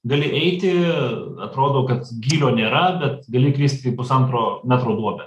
gali eiti atrodo kad gylio nėra bet gali kristi į pusantro metro duobę